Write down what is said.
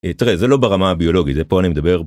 תראה זה לא ברמה הביולוגית, זה פה אני מדבר